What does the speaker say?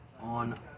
on